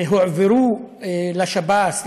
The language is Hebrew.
שהועברו לשב"ס,